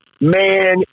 man